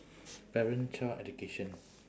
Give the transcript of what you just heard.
parent child education